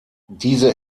diese